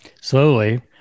Slowly